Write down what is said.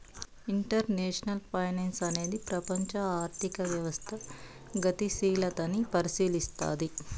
international finance అనేది ప్రపంచం ఆర్థిక వ్యవస్థ గతిశీలతని పరిశీలస్తది